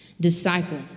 Disciple